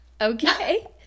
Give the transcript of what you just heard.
okay